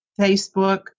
Facebook